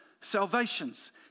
Salvations